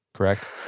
correct?